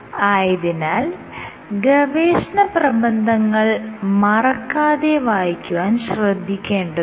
ആയതിനാൽ ഗവേഷണ പ്രബന്ധങ്ങൾ മറക്കാതെ വായിക്കുവാൻ ശ്രദ്ധിക്കേണ്ടതുണ്ട്